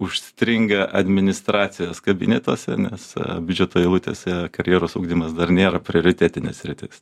užstringa administracijos kabinetuose nes biudžeto eilutėse karjeros ugdymas dar nėra prioritetinė sritis